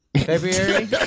February